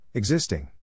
Existing